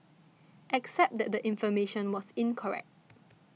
except that the information was incorrect